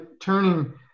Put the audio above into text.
turning